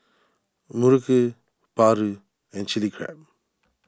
Muruku Paru and Chili Crab